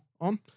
on